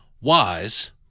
wise